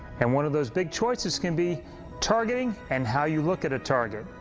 and one of those big choices can be targeting and how you look at a target.